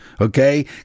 Okay